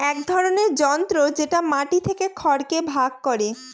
এক ধরনের যন্ত্র যেটা মাটি থেকে খড়কে ভাগ করে